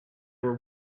were